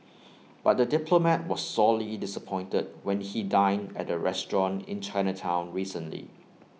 but the diplomat was sorely disappointed when he dined at the restaurant in Chinatown recently